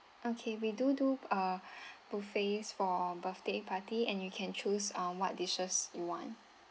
okay we do do uh buffets for birthday party and you can choose um what dishes you want